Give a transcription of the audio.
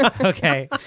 okay